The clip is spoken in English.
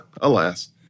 alas